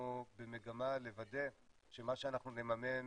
אנחנו במגמה לוודא שמה שאנחנו נממן